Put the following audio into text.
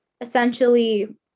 essentially